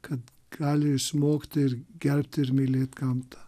kad gali išsmokti ir gerbti ir mylėt gamtą